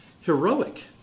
heroic